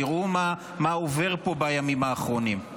תראו מה עובר פה בימים האחרונים.